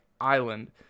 Island